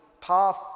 path